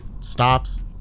stops